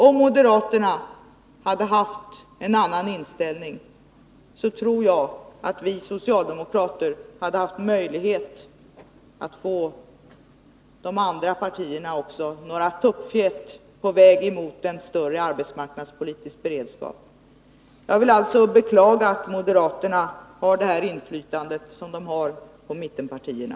Om moderaterna hade haft en annan inställning, tror jag att vi socialdemokrater hade haft möjlighet att få de andra partierna några tuppfjät på väg mot en större arbetsmarknadspolitisk beredskap. Jag beklagar att moderaterna har detta inflytande på mittenpartierna.